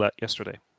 yesterday